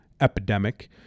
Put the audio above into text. epidemic